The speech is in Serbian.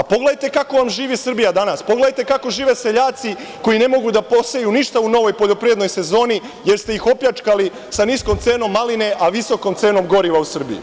Pogledajte kako vam živi Srbija danas, pogledajte kako žive seljaci koji ne mogu da poseju ništa u novoj poljoprivrednoj sezoni, jer ste ih opljačkali sa niskom cenom maline, a visokom cenom goriva u Srbiji.